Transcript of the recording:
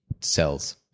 cells